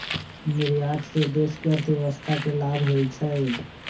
निर्यात से देश के अर्थव्यवस्था के लाभ होइ छइ